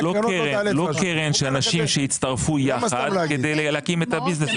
לא קרן שאנשים שהצטרפו יחד כדי להקים את הביזנס הזה.